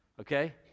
okay